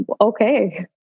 okay